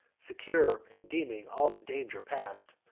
secure, and deeming all the danger past,